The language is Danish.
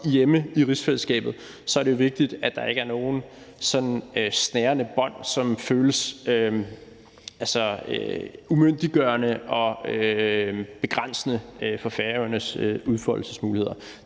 hjemme i rigsfællesskabet, er det jo vigtigt, at der ikke er nogen snærende bånd, som føles umyndiggørende og begrænsende for Færøernes udfoldelsesmuligheder.